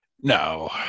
No